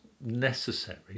necessary